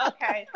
Okay